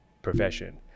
Profession